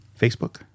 Facebook